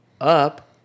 up